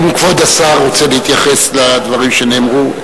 האם כבוד השר רוצה להתייחס לדברים שנאמרו?